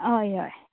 हय हय